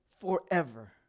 forever